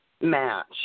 Match